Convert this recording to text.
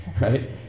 right